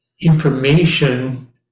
information